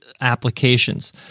applications